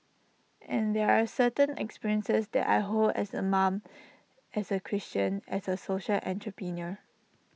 and there are certain experiences that I hold as A mom as A Christian as A social entrepreneur